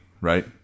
right